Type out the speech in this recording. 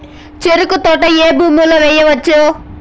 చెరుకు తోట ఏ భూమిలో వేయవచ్చు?